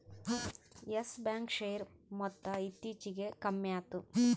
Yes Bank share ಮೊತ್ತ ಇತ್ತೀಚಿಗೆ ಕಮ್ಮ್ಯಾತು